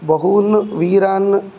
बहून् वीरान्